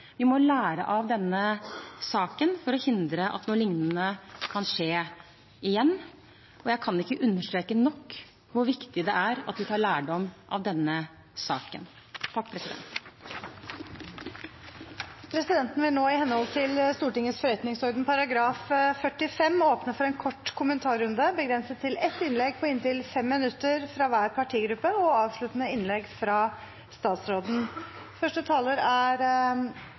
Vi må lære av denne saken for å hindre at noe lignende kan skje igjen. Jeg kan ikke understreke nok hvor viktig det er at vi tar lærdom av denne saken. Presidenten vil nå, i henhold til Stortingets forretningsorden § 45, åpne for en kort kommentarrunde, begrenset til ett innlegg på inntil 5 minutter fra hver partigruppe og avsluttende innlegg fra statsråden. Jeg takker statsråden for redegjørelsen. Det vi hører om her, er en norsk rettsskandale. Mennesker er